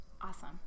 awesome